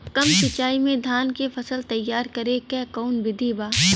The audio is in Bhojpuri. कम सिचाई में धान के फसल तैयार करे क कवन बिधि बा?